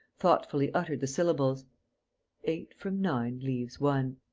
thoughtfully uttered the syllables eight from nine leaves one.